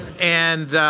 and